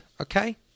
okay